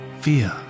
fear